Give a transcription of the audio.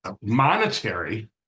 monetary